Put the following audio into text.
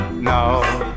No